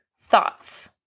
thoughts